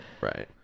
right